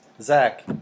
Zach